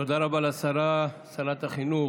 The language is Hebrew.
תודה רבה לשרה, שרת החינוך